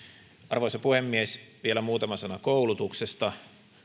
arvoisa puhemies vielä muutama sana koulutuksesta